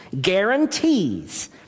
guarantees